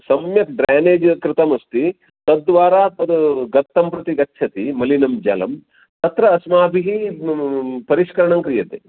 सम्यक् ड्रैनेज् कृतमस्ति तद्वारा तद् गर्तं प्रति गच्छति मलिनं जलं तत्र अस्माभिः परिष्करणं क्रियते